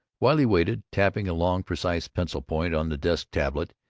while she waited, tapping a long, precise pencil-point on the desk-tablet,